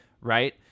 right